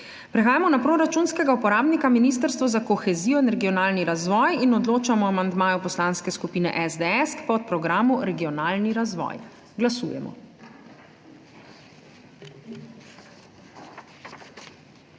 Prehajamo na proračunskega uporabnika Ministrstvo za kohezijo in regionalni razvoj in odločamo o amandmaju Poslanske skupine SDS k podprogramu Regionalni razvoj. Glasujemo.